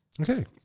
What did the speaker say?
Okay